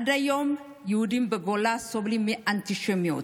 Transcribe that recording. עד היום יהודים בגולה סובלים מאנטישמיות.